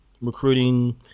recruiting